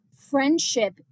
friendship